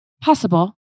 possible